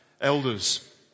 elders